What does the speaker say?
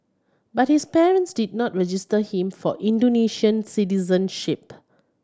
but his parents did not register him for Indonesian citizenship